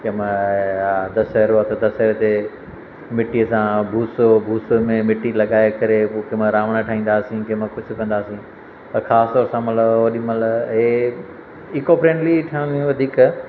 कंहिंमहिल दसहरो आहे त दसहरे ते मिटीअ सां भूसो भूसनि में मिटी लॻाए करे भूसे मां रावण ठाहींदा हुआसीं कंहिंमां कुझु कंदा हुआसीं त ख़ासि तौरु सां मतिलबु ओॾीमहिल हे ईको फ्रेंडली ठहंदियूं आहिनि वधीक